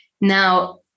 Now